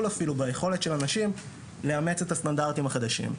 אפילו ביכולת של אנשים לאמץ את הסטנדרטים החדשים.